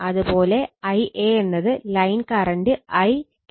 അതുപോലെ Ia എന്നത് line current IL ആണ്